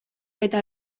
eta